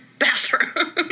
bathroom